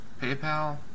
PayPal